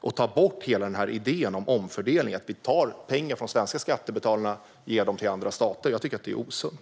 Hela idén om omfördelning, det vill säga att vi tar pengar från svenska skattebetalare och ger dem till andra stater, ska bort. Jag tycker att det är osunt.